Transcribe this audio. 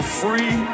free